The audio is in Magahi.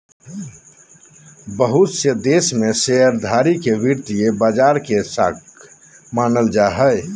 बहुत से देश में शेयरधारी के वित्तीय बाजार के शाख मानल जा हय